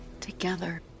together